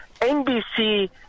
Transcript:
NBC